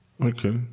Okay